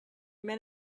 men